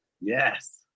Yes